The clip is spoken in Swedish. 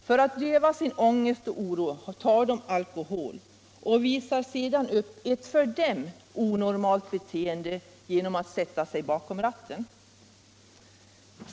För att döva sin ångest och oro tar de alkohol och visar sedan upp ett för dem Nr 44 onormalt beteende genom att sätta sig bakom ratten.